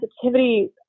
sensitivity